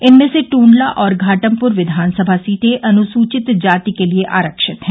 इनमें से टूंडला और घाटमपुर विधानसभा सीटें अनुसूचित जाति के लिये आरक्षित है